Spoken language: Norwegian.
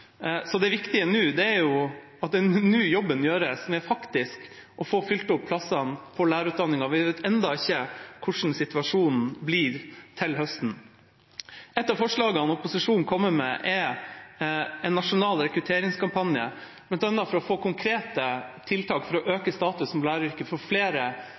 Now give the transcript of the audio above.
Så det viktige nå er at jobben gjøres nå, slik at man får fylt opp plassene ved lærerutdanningen. Vi vet ennå ikke hvordan situasjonen blir til høsten. Et av forslagene opposisjonen kommer med, er en nasjonal rekrutteringskampanje, bl.a. for å få konkrete tiltak for å øke statusen til læreryrket, få flere